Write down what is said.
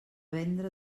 vendre